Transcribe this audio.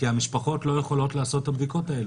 כי המשפחות לא יכולות לעשות את הבדיקות האלה.